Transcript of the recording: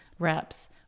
reps